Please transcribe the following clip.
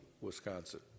Wisconsin